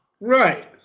Right